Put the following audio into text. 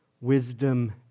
wisdom